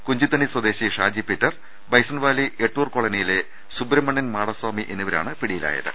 കുഞ്ചിത്തണ്ണി സ്വദേശി ഷാജി പീറ്റർ ബൈസൺവാലി എട്ടൂർ കോളനിയിലെ സുബ്രഹ്മണ്യൻ മാടസ്വാമി ട എന്നിവരാണ് പിടിയിലായത്